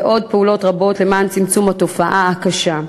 ועוד פעולות רבות למען צמצום התופעה הקשה.